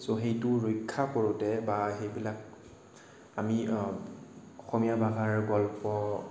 চ' সেইটো ৰক্ষা কৰোঁতে বা সেইবিলাক আমি অসমীয়া ভাষাৰ গল্প